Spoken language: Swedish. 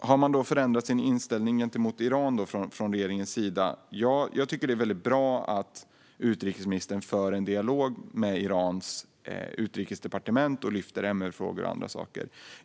Har man då förändrat sin inställning gentemot Iran från regeringens sida? Jag tycker att det är väldigt bra att utrikesministern för en dialog med Irans utrikesdepartement och lyfter MR-frågor och andra saker.